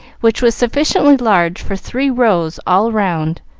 which was sufficiently large for three rows all round,